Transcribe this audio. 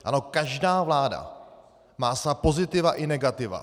Ano, každá vláda má svá pozitiva i negativa.